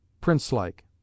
prince-like